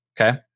Okay